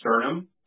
sternum